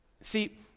See